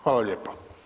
Hvala lijepa.